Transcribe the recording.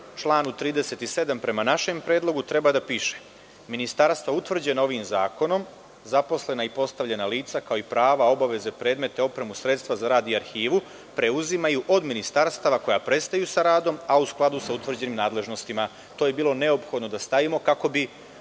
članu 37. prema našem predlogu treba da piše: „Ministarstva utvrđena ovim zakonom, zaposlena i postavljena lica, kao i prava, obaveze, predmete, opremu, sredstva za rad i arhivu preuzimaju od ministarstava koja prestaju sa radom, a u skladu sa utvrđenim nadležnostima“.To je bilo neophodno da stavimo kako bi